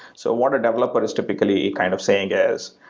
so what a developer is typically kind of saying is,